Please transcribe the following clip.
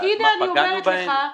אז מה, פגענו בהן?